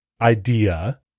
idea